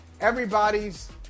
everybody's